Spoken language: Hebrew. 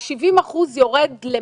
האם ה-70 אחוזי אבטלה יורדים,